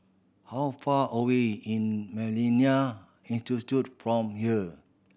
how far away in Millennia Institute from here